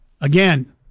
again